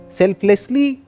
selflessly